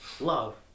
love